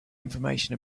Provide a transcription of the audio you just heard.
information